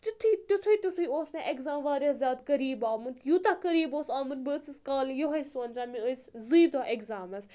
تِتھُے تِتھُے تِتھُے اوس مےٚ اؠگزام واریاہ زیادٕ قریٖب آمُت یوٗتاہ قریٖب اوس آمُت بہٕ ٲسٕس کالہٕ یہے سونچان مےٚ ٲسۍ زٕ دۄہ ایٚگزامَس